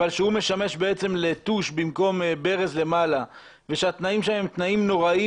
אבל שהוא משמש לטוש במקום ברז למעלה ושהתנאים שם הם תנאים נוראיים